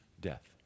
death